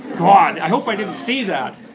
god, i hope i didn't see that.